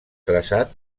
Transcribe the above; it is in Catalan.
traçat